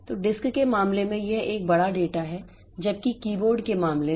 तो डिस्क के मामले में यह एक बड़ा डेटा है जबकि कीबोर्ड के मामले में